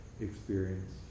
experience